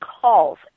calls